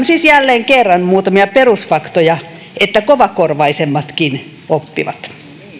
siis jälleen kerran muutamia perusfaktoja että kovakorvaisemmatkin oppivat